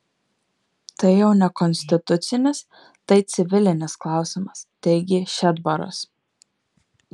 tai jau ne konstitucinis tai civilinis klausimas teigė šedbaras